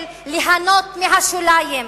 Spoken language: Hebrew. של ליהנות מהשוליים,